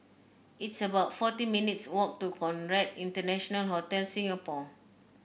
it's about fourteen minutes' walk to Conrad International Hotel Singapore